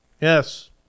Yes